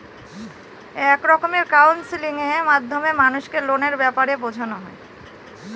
এক রকমের কাউন্সেলিং এর মাধ্যমে মানুষকে লোনের ব্যাপারে বোঝানো হয়